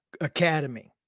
Academy